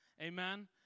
Amen